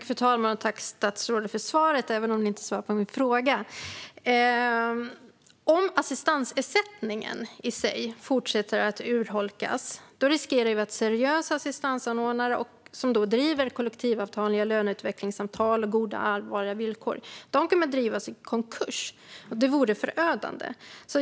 Fru talman! Tack, statsrådet, för svaret, även om det inte svarade på min fråga. Om assistansersättningen i sig fortsätter att urholkas riskerar vi att seriösa assistansanordnare som har kollektivavtal, löneutvecklingssamtal och goda villkor kommer att drivas i konkurs, vilket vore förödande.